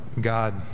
God